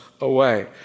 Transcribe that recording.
away